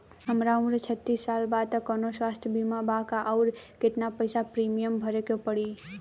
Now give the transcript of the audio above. हमार उम्र छत्तिस साल बा त कौनों स्वास्थ्य बीमा बा का आ केतना पईसा प्रीमियम भरे के पड़ी?